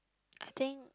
I think